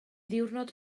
ddiwrnod